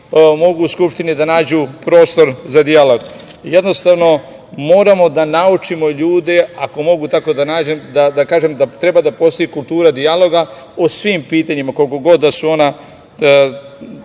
mogu u Skupštini da nađu prostor za dijalog. Jednostavno, moramo da naučimo ljude, ako mogu tako da kažem, treba da postoji kultura dijaloga o svim pitanjima koliko god da su ona,